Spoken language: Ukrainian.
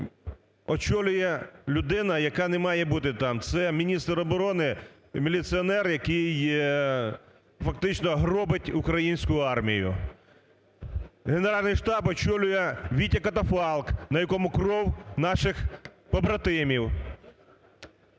оборони, очолює людина, яка не має бути там. Це міністр оборони, міліціонер, який фактично гробить українську армію. Генеральний штаб очолює "Вітя-катафалк", на якому кров наших побратимів.